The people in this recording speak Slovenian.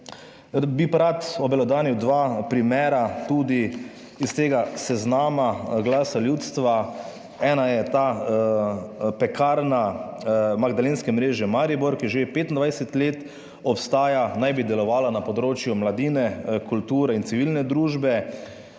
Bi pa rad obelodanil dva primera tudi iz tega seznama Glasa ljudstva. Ena je ta Pekarna magdalenske mreže Maribor, ki že 25 let obstaja, naj bi delovala na področju mladine, kulture in civilne družbe.